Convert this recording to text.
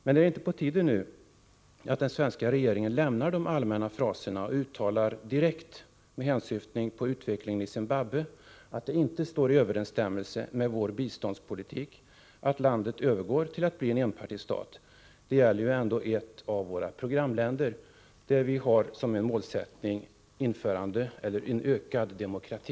Men är det inte på tiden nu att den svenska regeringen lämnar de allmänna fraserna och uttalar, direkt med hänsyftning på utvecklingen i Zimbabwe, att det inte står i överensstämmelse med vår biståndspolitik att landet övergår till att bli en enpartistat? Det gäller ju ändå ett av våra programländer, där vi har som en målsättning införande av eller ökad demokrati.